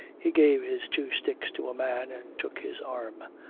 he gave his two sticks to a man, and took his arm.